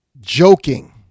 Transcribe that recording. joking